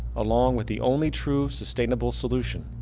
along with the only true sustainable solution,